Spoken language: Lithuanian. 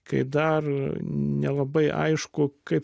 kai dar nelabai aišku kaip